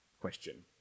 question